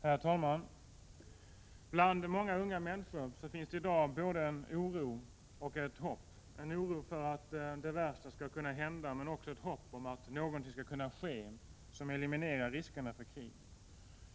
Herr talman! Bland många unga människor finns i dag både en oro och ett hopp — en oro för att det värsta skulle kunna hända, men också ett hopp om att någonting skall kunna ske som eliminerar riskerna för krig.